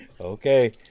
Okay